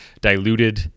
diluted